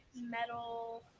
metal